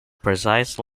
precise